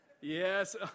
Yes